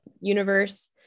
universe